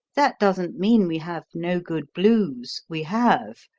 that doesn't mean we have no good blues. we have.